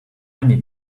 need